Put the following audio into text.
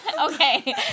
Okay